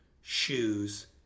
shoes